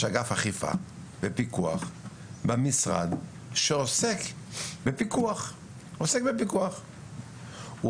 יש אגף אכיפה ופיקוח במשרד שעוסק בפיקוח לא